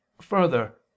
Further